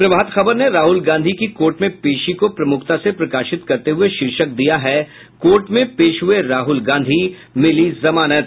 प्रभात खबर ने राहुल गांधी की कोर्ट में पेशी को प्रमुखता से प्रकाशित करते हुये शीर्षक दिया है कोर्ट में पेश हये राहल गांधी मिली जमानत